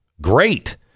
great